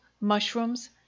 mushrooms